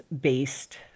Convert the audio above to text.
based